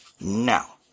Now